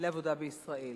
לעבודה בישראל.